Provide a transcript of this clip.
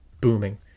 booming